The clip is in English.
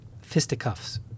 fisticuffs